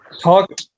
Talk